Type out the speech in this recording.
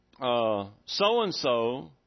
so-and-so